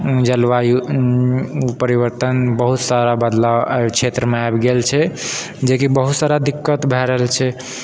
जलवायु परिवर्तन बहुत सारा बदलाव एहि क्षेत्रमे आबि गेल छै जेकि बहुत सारा दिक्कत भए रहल छै